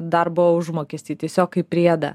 darbo užmokestį tiesiog kaip priedą